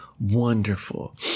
wonderful